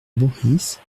maurice